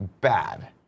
bad